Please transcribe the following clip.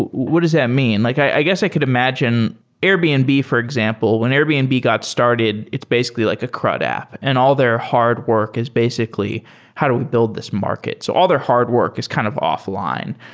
what does that mean? like i guess i could imagine airbnb, for example. when airbnb got started, it's basically like a crud app and all their hard work is basically how do we build this market. so all their hard work is kind of offline.